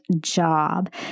job